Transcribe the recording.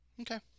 Okay